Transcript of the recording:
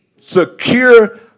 secure